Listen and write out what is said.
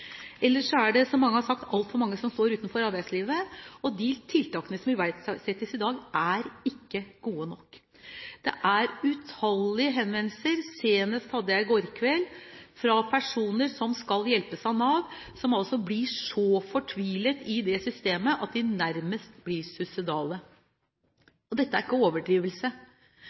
er, som mange har sagt, altfor mange som står utenfor arbeidslivet. De tiltakene som iverksettes i dag, er ikke gode nok. Vi får utallige henvendelser, senest fikk jeg en i går kveld, fra personer som skal hjelpes av Nav, og som blir så fortvilet over systemet at de nærmest blir suicidale. Dette er ikke overdrivelse.